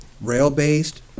rail-based